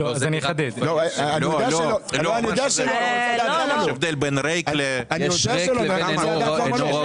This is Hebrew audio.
יש הבדל בין ריק לבין הרוס.